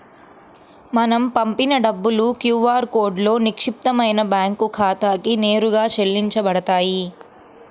మనం పంపిన డబ్బులు క్యూ ఆర్ కోడ్లో నిక్షిప్తమైన బ్యేంకు ఖాతాకి నేరుగా చెల్లించబడతాయి